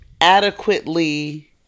adequately